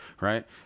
Right